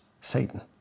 Satan